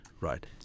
right